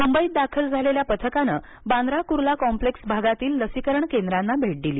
मुंबईत दाखल झालेल्या पथकानं बांद्रा कुर्ला कॉम्प्लेक्स भागातील लसीकरण केंद्रांना भेट दिली